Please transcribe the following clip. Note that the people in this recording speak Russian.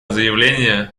заявление